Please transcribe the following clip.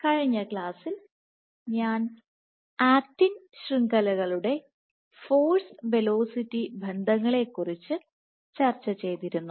കഴിഞ്ഞ ക്ലാസ്സിൽ ഞാൻ ആക്റ്റിൻ ശൃംഖലകളുടെ ഫോഴ്സ് വെലോസിറ്റി ബന്ധങ്ങളെക്കുറിച്ച് ചർച്ച ചെയ്തിരുന്നു